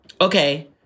okay